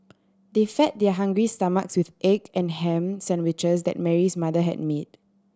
they fed their hungry stomachs with egg and ham sandwiches that Mary's mother had made